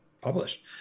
published